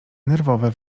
nerwowe